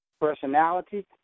personality